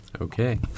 Okay